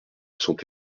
sont